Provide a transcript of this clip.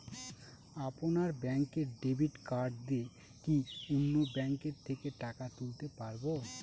আপনার ব্যাংকের debit card দিয়ে কি অন্য ব্যাংকের থেকে টাকা তুলতে পারবো?